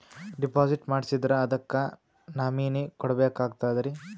Deposit ಮಾಡ್ಸಿದ್ರ ಅದಕ್ಕ nominee ಕೊಡಬೇಕಾಗ್ತದ್ರಿ?